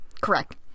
Correct